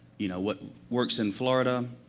you know, what works in florida,